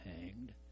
hanged